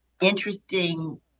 interesting